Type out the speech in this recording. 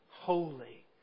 Holy